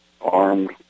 armed